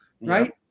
right